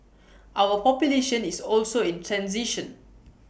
our population is also in transition